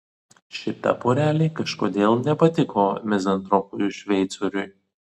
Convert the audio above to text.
šita porelė kažkodėl nepatiko mizantropui šveicoriui